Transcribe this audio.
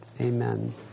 Amen